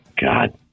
God